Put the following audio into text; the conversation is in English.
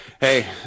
hey